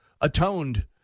atoned